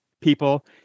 people